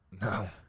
No